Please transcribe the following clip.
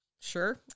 Sure